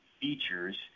features